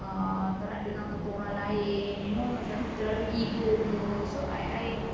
I eat right